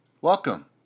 Welcome